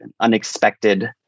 unexpected